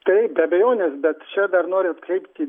taip be abejonės bet čia dar noriu atkreipti